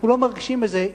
אנחנו לא מרגישים בזה,